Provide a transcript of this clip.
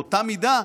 באותה מידה,